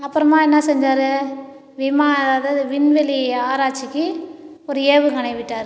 அப்பறமாக என்ன செஞ்சார் விமா அதாவது விண்வெளி ஆராய்ச்சிக்கு ஒரு ஏவுகணையை விட்டார்